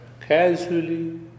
Casually